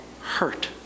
hurt